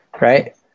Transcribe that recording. Right